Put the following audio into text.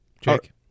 Jake